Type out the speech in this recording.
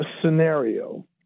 scenario